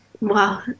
wow